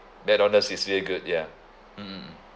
mcdonald's is very good ya mmhmm